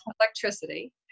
electricity